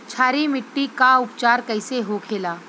क्षारीय मिट्टी का उपचार कैसे होखे ला?